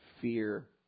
fear